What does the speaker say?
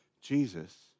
Jesus